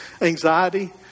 anxiety